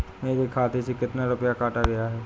मेरे खाते से कितना रुपया काटा गया है?